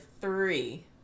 three